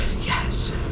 Yes